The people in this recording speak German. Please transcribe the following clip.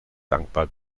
dankbar